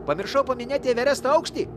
pamiršau paminėti everesto aukštį